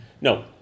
No